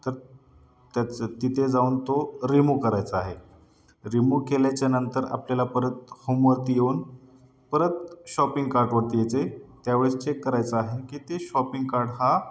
तर त्याचं तिथे जाऊन तो रिमूव्ह करायचा आहे रिमूव्ह केल्याच्यानंतर आपल्याला परत होमवरती येऊन परत शॉपिंग कार्टवरती यायचे त्यावेळेस चेक करायचं आहे की ते शॉपिंग कार्ट हा